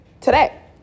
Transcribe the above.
today